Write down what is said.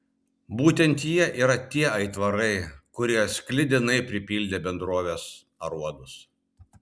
būtent jie yra tie aitvarai kurie sklidinai pripildė bendrovės aruodus